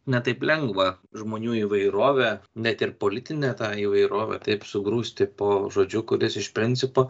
ne taip lengva žmonių įvairovę net ir politinę tą įvairovę taip sugrūsti po žodžiu kuris iš principo